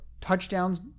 touchdowns